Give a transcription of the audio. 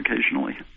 occasionally